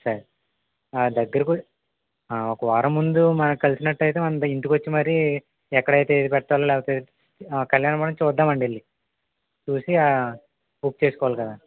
సరే దగ్గర ఒక వారం ముందు మనం కలిసినట్టయితే మ ఇంటికొచ్చి మరి బయట ఎక్కడైతే ఏది పెట్టాలా కళ్యాణ మండపం చూద్దామండి వెళ్ళి చూసి బుక్ చేసుకోవాలి కదా